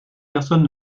personnes